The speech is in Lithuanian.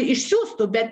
išsiųstų be